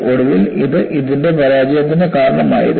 ഒടുവിൽ ഇത് അതിന്റെ പരാജയത്തിന് കാരണമാകുമായിരുന്നു